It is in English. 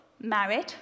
married